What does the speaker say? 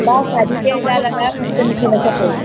भाउ साढी टे हज़ार लॻायो न त मूंखे न खपे